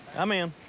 i'm in.